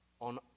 on